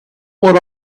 what